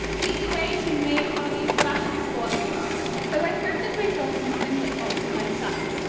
easy way to make one of these fashion sports bras! so, i thrifted myself some singlet tops in my size.